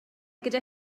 gyda